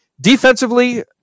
Defensively